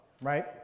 right